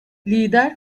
lider